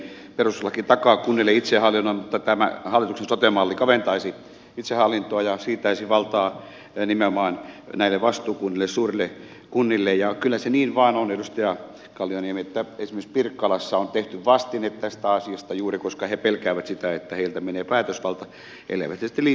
perustuslaki takaa kunnille itsehallinnon mutta tämä hallituksen sote malli kaventaisi itsehallintoa ja siirtäisi valtaa nimenomaan näille vastuukunnille suurille kunnille ja kyllä se niin vain on edustaja kalliorinne että esimerkiksi pirkkalassa on tehty vastine tästä asiasta juuri koska he pelkäävät sitä että heiltä menee päätösvalta elleivät he sitten liity toiseen kuntaan